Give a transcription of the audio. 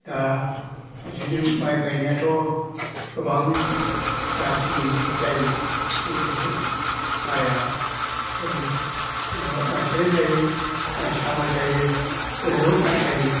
दा बिदिनो माइ गायनायाथ' गोबां जाथि जायो एरैहाय माइआ माबा माइसालि थायो माइसा माइ थायो बहुद माइ थायो